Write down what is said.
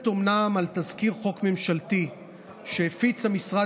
אומנם מבוססת על תזכיר חוק ממשלתי שהפיץ המשרד